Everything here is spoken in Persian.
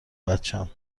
بچم